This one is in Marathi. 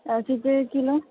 किती किलो